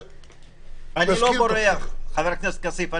אני לא בורח, חבר הכנסת כסיף.